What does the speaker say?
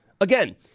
Again